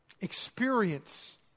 Experience